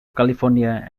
california